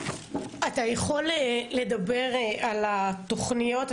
אתה יכול לדבר על התוכניות?